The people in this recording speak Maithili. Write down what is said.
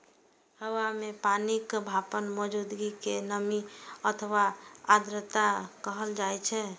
हवा मे पानिक भापक मौजूदगी कें नमी अथवा आर्द्रता कहल जाइ छै